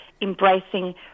embracing